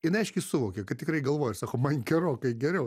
jinai aiškiai suvokė kad tikrai galvoj sako man gerokai geriau